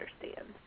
understand